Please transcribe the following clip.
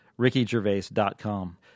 RickyGervais.com